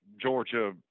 Georgia